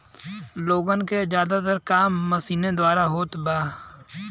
पत्ता मे कीड़ा फफूंद मर जाला